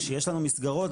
כשיש לנו מסגרות,